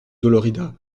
dolorida